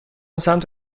سمت